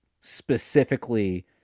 specifically